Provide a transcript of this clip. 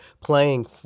playing